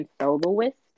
soloist